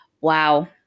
Wow